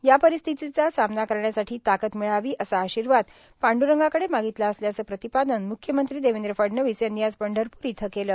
या परिस्थितीचा सामना करण्यासाठी ताकद मिळावी असा आशीर्वाद पांड्रंगाकडे मागितला असल्याचं प्रतिपादन म्ख्यंमंत्री देवेंद्र फडणवीस यांनी आज पंढरपूर इथं केलं